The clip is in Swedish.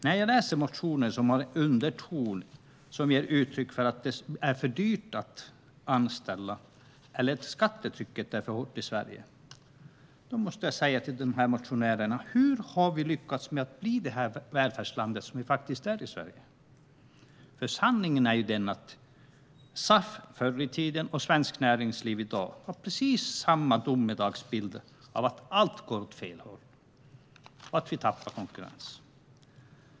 När jag läser motioner som har en underton som ger uttryck för att det är för dyrt att anställa eller att skattetrycket är för hårt i Sverige måste jag till dessa motionärer säga: Hur har vi lyckats med att bli det välfärdsland som vi faktiskt är? Sanningen är ju att SAF förr i tiden och Svenskt Näringsliv i dag har haft precis samma domedagsbild av att allt går åt fel håll och vi tappar konkurrens.